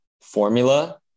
formula